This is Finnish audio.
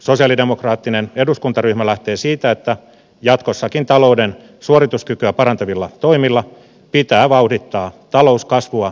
sosialidemokraattinen eduskuntaryhmä lähtee siitä että jatkossakin talouden suorituskykyä parantavilla toimilla pitää vauhdittaa talouskasvua ja työllisyyttä